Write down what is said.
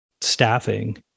staffing